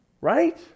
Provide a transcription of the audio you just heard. Right